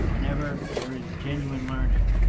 whenever there is genuine learning.